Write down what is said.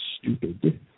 stupid